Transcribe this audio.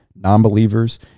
nonbelievers